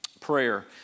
Prayer